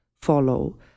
follow